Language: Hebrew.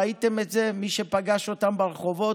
ראיתם את זה, מי שפגש אותם ברחובות,